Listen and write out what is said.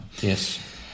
Yes